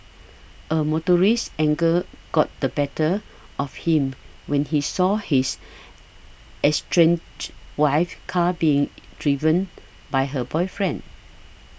a motorist's anger got the better of him when he saw his estranged wife's car being driven by her boyfriend